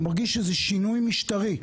הוא מרגיש שזה שינוי משטרי,